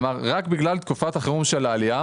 ואמר: "רק בגלל תקופת החירום של העלייה",